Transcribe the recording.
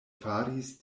faris